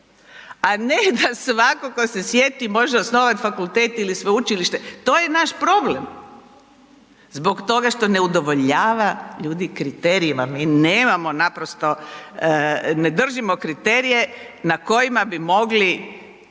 a ne da svako ko se sjeti može osnovati fakultet ili sveučilište. To je naš problem. Zbog toga što ne udovoljava ljudi kriterijima, mi nemamo naprosto, ne držimo kriterije na kojima bi mogli